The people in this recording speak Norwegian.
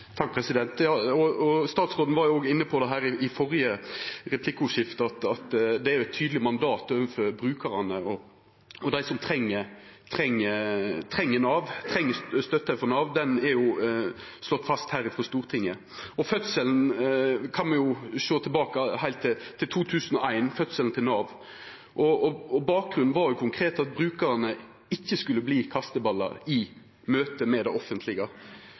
Statsråden var òg inne på det tidlegare i replikkordskiftet at det er eit tydeleg mandat overfor brukarane og dei som treng Nav, treng støtta frå Nav – det er slege fast her frå Stortinget. Me kan sjå heilt tilbake til fødselen til Nav i 2001. Bakgrunnen var konkret at brukarane ikkje skulle bli kasteballar i møtet med det offentlege.